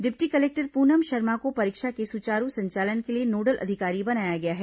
deputy collector Pranam Sharma को परीक्षा के सुचारू संचालन के लिए नोडल अधिकारी बनाया गया है